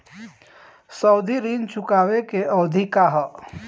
सावधि ऋण चुकावे के अवधि का ह?